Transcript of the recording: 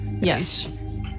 Yes